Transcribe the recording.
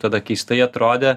tada keistai atrodė